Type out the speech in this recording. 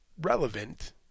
relevant